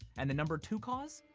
and the number two cause,